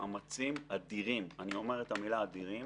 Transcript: מאמצים אדירים אני אומר את המילה אדירים